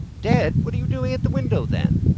dead? what are you doing at the window, then?